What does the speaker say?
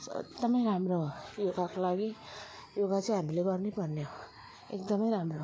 so एकदमै राम्रो हो योगाको लागि योगा चाहिँ हामी गर्नै पर्ने हो एकदमै राम्रो हो